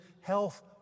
health